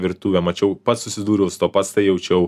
virtuvę mačiau pats susidūriau pats tai jaučiau